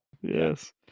Yes